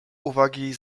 uwagi